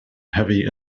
heavy